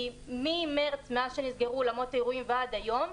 כי ממרץ, מאז שנסגרו אולמות האירועים ועד היום,